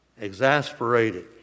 exasperated